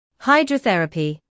hydrotherapy